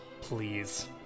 Please